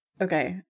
Okay